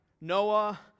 Noah